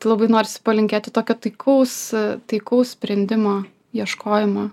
labai norisi palinkėti tokio taikaus taikaus sprendimo ieškojimo